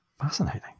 Fascinating